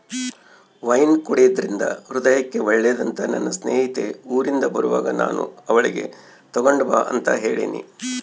wine ಕುಡೆದ್ರಿಂದ ಹೃದಯಕ್ಕೆ ಒಳ್ಳೆದಂತ ನನ್ನ ಸ್ನೇಹಿತೆ ಊರಿಂದ ಬರುವಾಗ ನಾನು ಅವಳಿಗೆ ತಗೊಂಡು ಬಾ ಅಂತ ಹೇಳಿನಿ